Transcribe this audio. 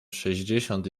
sześćdziesiąt